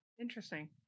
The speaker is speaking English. Interesting